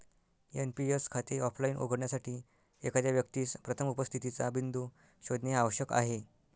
NPS खाते offline उघडण्यासाठी, एखाद्या व्यक्तीस प्रथम उपस्थितीचा बिंदू शोधणे आवश्यक आहे